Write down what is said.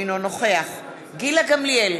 אינו נוכח גילה גמליאל,